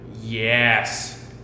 Yes